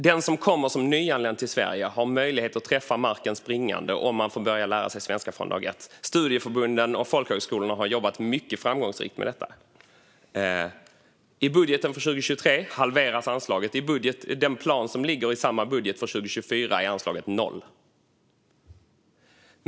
De som kommer som nyanlända till Sverige har möjlighet att träffa marken springande om de får börja lära sig Svenska från dag ett. Studieförbunden och folkhögskolorna har jobbat mycket framgångsrikt med detta. I budgeten för 2023 halveras anslaget, och i den plan som ligger i samma budget för 2024 är anslaget 0.